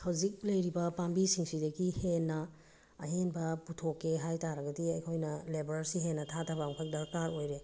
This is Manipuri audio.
ꯍꯧꯖꯤꯛ ꯂꯩꯔꯤꯕ ꯄꯥꯝꯕꯤꯁꯤꯡꯁꯤꯗꯒꯤ ꯍꯦꯟꯅ ꯑꯍꯦꯟꯕ ꯄꯨꯊꯣꯛꯀꯦ ꯍꯥꯏꯇꯥꯔꯒꯗꯤ ꯑꯩꯈꯣꯏꯅ ꯂꯦꯕꯔꯁꯤ ꯍꯦꯟꯅ ꯊꯥꯊꯕ ꯑꯃꯈꯛ ꯗꯔꯀꯥꯔ ꯑꯣꯏꯔꯦ